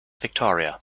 victoria